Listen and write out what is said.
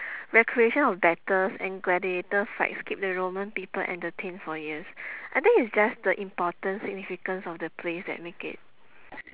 recreation of battles and gladiator fights keep the roman people entertained for years I think it's just the importance significance of the place that make it